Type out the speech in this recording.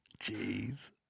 Jeez